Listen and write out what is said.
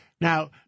Now